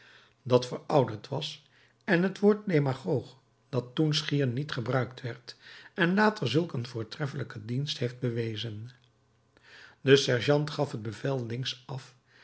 dat verouderd was en het woord demagoog dat toen schier niet gebruikt werd en later zulk een voortreffelijken dienst heeft bewezen de sergeant gaf bevel links af